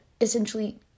essentially